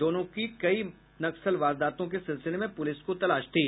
दोनों की कई नक्सल वारदात के सिलसिले में पुलिस को तलाश थी